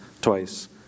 twice